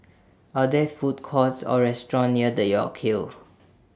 Are There Food Courts Or restaurants near York Hill